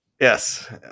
Yes